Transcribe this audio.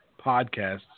podcasts